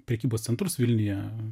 prekybos centrus vilniuje